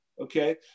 okay